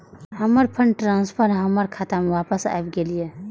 हमर fund transfer हमर खाता में वापस आब गेल या